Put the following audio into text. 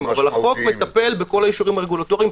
אבל החוק מטפל בכל האישורים הרגולטוריים,